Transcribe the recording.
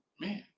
man